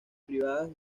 privadas